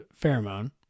pheromone